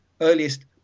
earliest